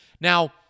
Now